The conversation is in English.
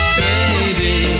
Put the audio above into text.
baby